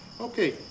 okay